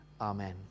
Amen